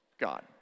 God